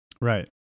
Right